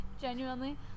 genuinely